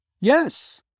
Yes